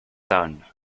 done